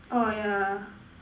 orh yeah